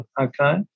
Okay